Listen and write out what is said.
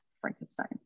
Frankenstein